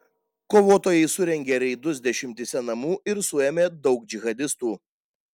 kovotojai surengė reidus dešimtyse namų ir suėmė daug džihadistų